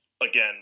again